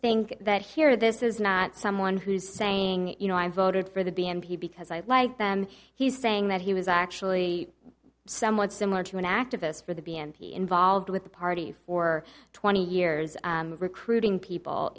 think that here this is not someone who's saying you know i voted for the b n p because i like them he's saying that he was actually somewhat similar to an activist for the b n p involved with the party for twenty years recruiting people